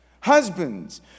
Husbands